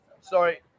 sorry